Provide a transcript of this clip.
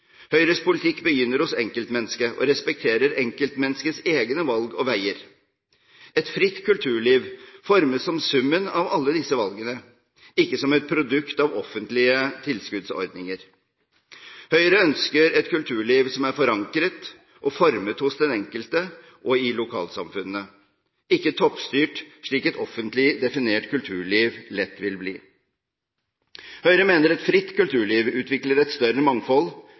Høyres politikk begynner hos enkeltmennesket og respekterer enkeltmenneskets egne valg og veier. Et fritt kulturliv formes som summen av alle disse valgene, ikke som et produkt av offentlige tilskuddsordninger. Høyre ønsker et kulturliv som er forankret og formet hos den enkelte og i lokalsamfunnene – ikke toppstyrt, slik et offentlig definert kulturliv lett vil bli. Høyre mener et fritt kulturliv utvikler et større mangfold,